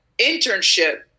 internship